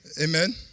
Amen